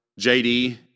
JD